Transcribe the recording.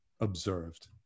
observed